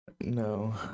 No